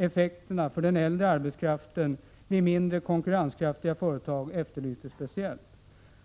Effekterna för den äldre arbetskraften vid mindre konkurrenskraftiga företag efterlystes speciellt.